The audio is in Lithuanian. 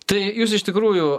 tai jūs iš tikrųjų